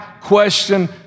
question